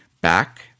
back